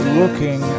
looking